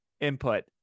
input